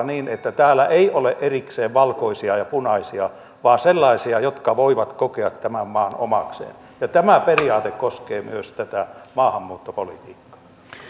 niin että täällä ei ole erikseen valkoisia ja punaisia vaan sellaisia jotka voivat kokea tämän maan omakseen ja tämä periaate koskee myös tätä maahanmuuttopolitiikkaa